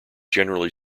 generally